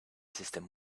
system